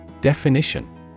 Definition